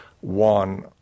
one